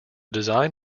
design